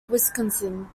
wisconsin